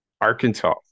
Arkansas